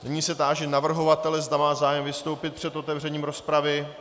Nyní se táži navrhovatele, zda má zájem vystoupit před otevřením rozpravy.